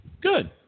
Good